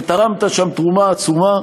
ותרמת שם תרומה עצומה.